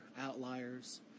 Outliers